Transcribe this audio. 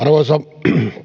arvoisa